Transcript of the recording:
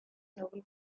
nobel